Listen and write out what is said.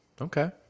Okay